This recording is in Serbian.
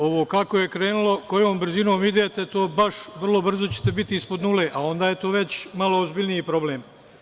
Ovo kako je krenulo, kojom brzinom idete, to baš vrlo brzo ćete biti ispod nule, a onda je to već malo ozbiljniji problem.